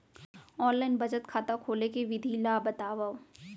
Online बचत खाता खोले के विधि ला बतावव?